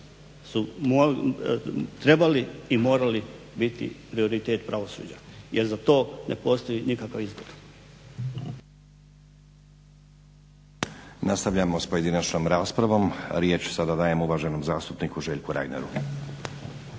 trebali i morali biti prioritet pravosuđa jer za to ne postoji nikakav izgovor.